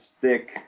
thick